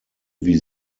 wie